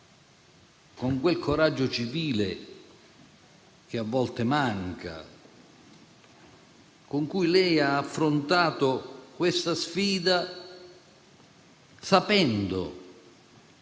con quel coraggio civile che a volte manca e con cui lei ha affrontato la sfida sapendo di